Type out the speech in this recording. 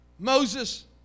Moses